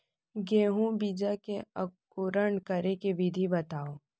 गेहूँ बीजा के अंकुरण करे के विधि बतावव?